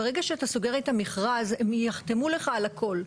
ברגע שאתה סוגר את המרכז, הם יחתמו לך על הכול.